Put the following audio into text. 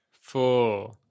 four